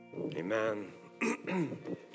Amen